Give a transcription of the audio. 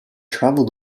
traveled